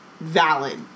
valid